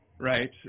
Right